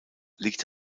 liegt